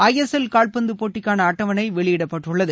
ஐ S L கால்பந்து போட்டிக்கான அட்டவணை வெளியிடப்பட்டுள்ளது